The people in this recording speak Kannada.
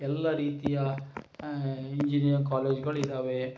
ಎಲ್ಲ ರೀತಿಯ ಇಂಜಿನಿಯರ್ ಕಾಲೇಜುಗಳು ಇದ್ದಾವೆ